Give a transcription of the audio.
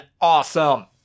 awesome